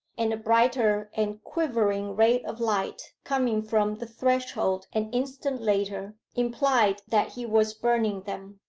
and a brighter and quivering ray of light coming from the threshold an instant later, implied that he was burning them.